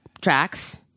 tracks